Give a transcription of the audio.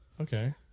Okay